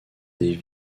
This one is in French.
des